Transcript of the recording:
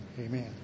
Amen